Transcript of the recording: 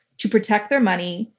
to protect their money,